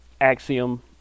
Axiom